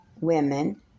women